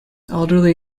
elderly